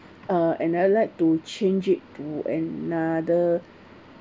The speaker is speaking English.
uh and I'd like to change it to another